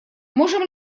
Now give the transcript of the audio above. можем